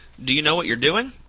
do you know what you're doing?